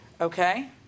Okay